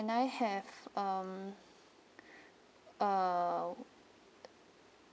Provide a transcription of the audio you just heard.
can I have um uh